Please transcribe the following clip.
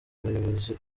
umuyobozi